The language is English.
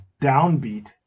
downbeat